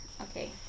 okay